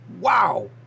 Wow